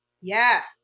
Yes